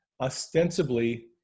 ostensibly